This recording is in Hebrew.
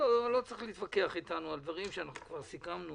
לא צריך להתווכח איתנו על דברים שאנחנו כבר סיכמנו.